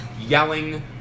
yelling